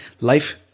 life